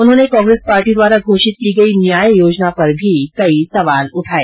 उन्होंने कांग्रेस पार्टी द्वारा घोषित की गई न्याय योजना पर भी कई सवाल उठाये